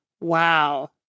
Wow